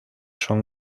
son